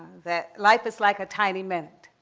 that life is like a tiny minute,